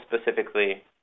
specifically